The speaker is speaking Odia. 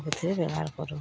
ବ୍ୟବହାର କରୁ